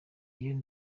iyo